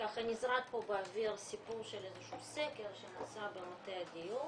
כך נזרק פה באוויר סיפור של איזה שהוא סקר שנעשה במטה הדיור,